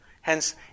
Hence